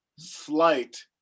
Slight